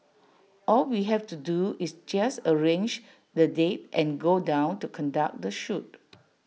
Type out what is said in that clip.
all we have to do is just arrange the date and go down to conduct the shoot